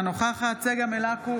אינה נוכחת צגה מלקו,